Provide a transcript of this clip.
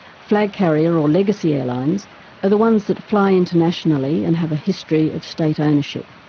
flag-carrier, or legacy, airlines are the ones that fly internationally and have a history of state ownership.